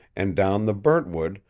and down the burntwood,